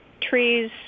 Trees